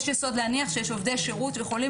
יש יסוד להניח שיש עובדי שירות שיכולים